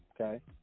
okay